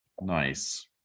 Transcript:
Nice